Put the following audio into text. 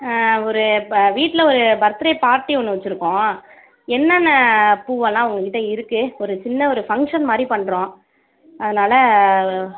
ஒரு இப்போ வீட்டில் ஒரு பர்த்டே பார்ட்டி ஒன்று வெச்சிருக்கோம் என்னென்ன பூவெல்லாம் உங்கக்கிட்டே இருக்குது ஒரு சின்ன ஒரு ஃபங்க்ஷன் மாதிரி பண்ணுறோம் அதனால்